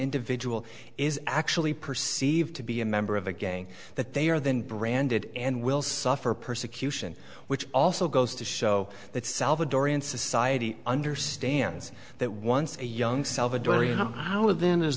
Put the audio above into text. individual is actually perceived to be a member of a gang that they are then branded and will suffer persecution which also goes to show that salvadorian society understands that once a young salvadorian know how then is